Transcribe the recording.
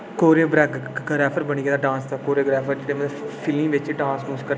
choreographer बनी गेदा ऐ डांस दा कोरियोग्राफर जेह्ड़े मतलब फिल्में बिच डांस डूंस करदे